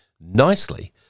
nicely